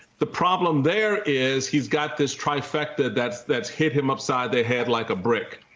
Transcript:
the problem there is he's got this trifecta that's that's hit him upside the head like a brick.